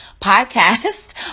podcast